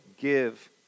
give